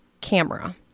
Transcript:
camera